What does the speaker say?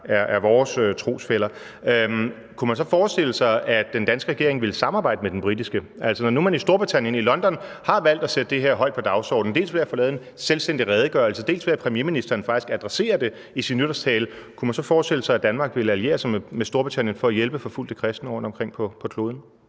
er vores trosfæller. Kunne man så forestille sig, at den danske regering ville samarbejde med den britiske? Altså, når nu man i Storbritannien, i London, har valgt at sætte det her højt på dagsordenen, dels ved at få lavet en selvstændig redegørelse, dels ved at premierministeren faktisk adresserer det i sin nytårstale, kunne man så forestille sig, at Danmark ville alliere sig med Storbritannien for at hjælpe forfulgte kristne rundtomkring på kloden?